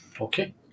okay